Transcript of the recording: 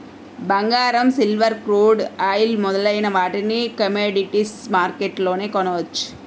బంగారం, silver, crude oil మొదలైన వాటిని కమోడిటీస్ మార్కెట్లోనే కొనవచ్చు